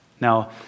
Now